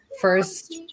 first